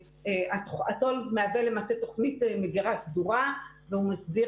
התו"ל מהווה למעשה תוכנית מגירה סדורה והוא מסדיר